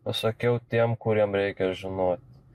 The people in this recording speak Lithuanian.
pasakiau tiem kuriem reikia žinot